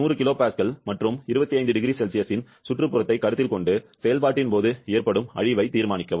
100 kPa மற்றும் 25 0C இன் சுற்றுப்புறத்தைக் கருத்தில் கொண்டு செயல்பாட்டின் போது ஏற்படும் அழிவைத் தீர்மானிக்கவும்